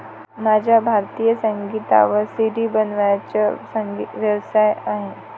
माझा भारतीय संगीतावर सी.डी बनवण्याचा व्यवसाय आहे